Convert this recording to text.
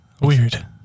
weird